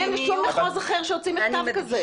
אין שום מחוז אחר שהוציא מכתב כזה.